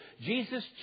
Jesus